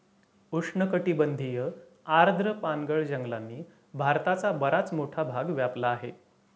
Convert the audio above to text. उष्णकटिबंधीय आर्द्र पानगळ जंगलांनी भारताचा बराच मोठा भाग व्यापला आहे